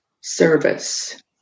service